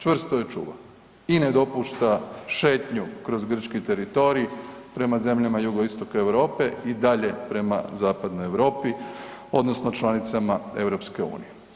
Čvrsto je čuva i ne dopušta šetnju kroz grčki teritorij prema zemljama jugoistoka Europe i dalje prema zapadnoj Europi, odnosno članicama EU.